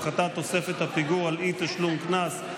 הפחתת תוספת הפיגור על אי-תשלום קנס),